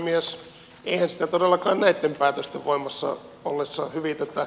eihän sitä todellakaan näitten päätösten voimassa ollessa hyvitetä